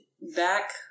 back